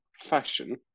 fashion